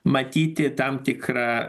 matyti tam tikra